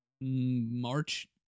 March